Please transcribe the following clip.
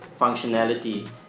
functionality